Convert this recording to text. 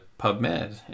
PubMed